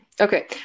Okay